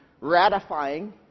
ratifying